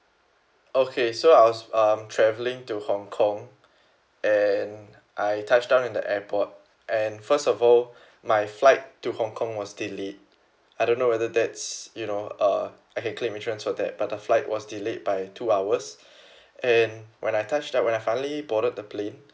okay so I was um travelling to hong kong and I touched down in the airport and first of all my flight to hong kong was delayed I don't know whether that's you know uh I can claim insurance for that but the flight was delayed by two hours and when I touched down when I finally boarded the plane